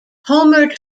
homer